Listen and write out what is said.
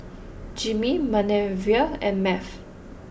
Jimmie Manervia and Math